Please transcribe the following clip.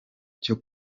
cyo